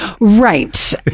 Right